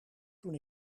toen